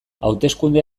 hauteskunde